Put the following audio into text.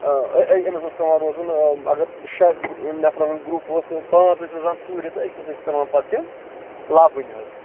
أمِس اوس پیوان روزُن اَگر شین نفرن ہُند گرُپ اوس تہٕ پانژھ ٲسۍ روزان ژوٗرِ تہٕ أکِس ٲسۍ پیوان پَتہٕ تِم لَبٕنۍ حظ